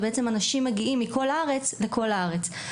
אנשים מגיעים מכל הארץ לכל הארץ.